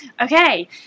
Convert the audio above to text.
Okay